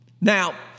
Now